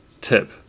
tip